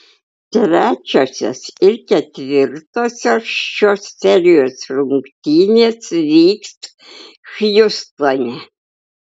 trečiosios ir ketvirtosios šios serijos rungtynės vyks hjustone